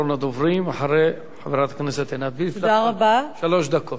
שלוש דקות.